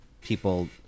people